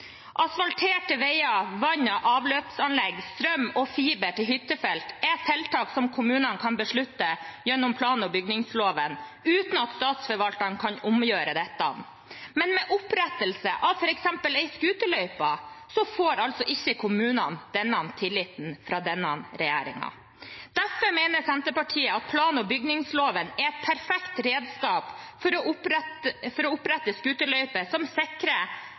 Asfalterte veier, vann- og avløpsanlegg, strøm og fiber til hyttefelt er felter som kommunene kan beslutte gjennom plan- og bygningsloven uten at statsforvalteren kan omgjøre dette. Men ved opprettelse av f.eks. en scooterløype får altså ikke kommunene denne tilliten fra denne regjeringen. Derfor mener Senterpartiet at plan- og bygningsloven er et perfekt redskap for å opprette